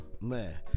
Man